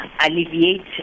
alleviate